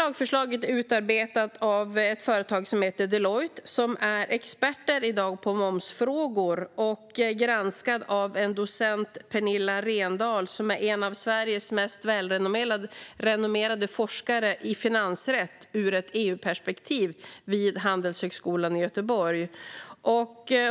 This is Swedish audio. Lagförslaget är utarbetat av ett företag som heter Deloitte, som är experter på momsfrågor, och granskat av docent Pernilla Rendahl, som är en av Sveriges mest välrenommerade forskare i finansrätt ur ett EU-perspektiv vid Handelshögskolan i Göteborg.